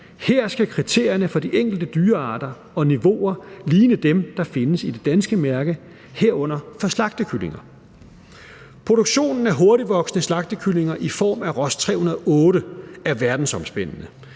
Her skal kriterierne for de enkelte dyrearter og niveauer ligne dem, der findes i det danske mærke, herunder for slagtekyllinger. Produktionen af hurtigtvoksende slagtekyllinger i form af Ross 308 er verdensomspændende.